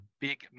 big